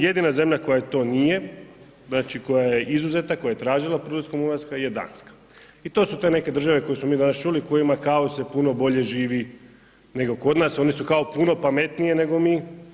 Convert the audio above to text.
Jedina zemlja koja to nije, znači koja je izuzeta, koja je tražila prilikom ulaska je Danska i to su te neke države koje smo mi danas čuli u kojima kao se puno bolje živi nego kod nas, oni su kao puno pametniji nego mi.